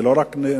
זה נושא לא רק שלך,